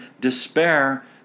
despair